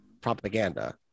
propaganda